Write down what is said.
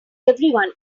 everyone